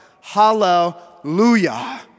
Hallelujah